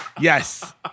yes